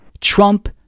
Trump